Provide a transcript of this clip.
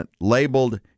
labeled